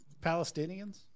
Palestinians